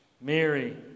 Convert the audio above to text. Mary